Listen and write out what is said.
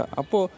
apo